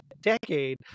decade